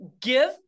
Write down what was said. give